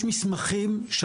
עם כל זה,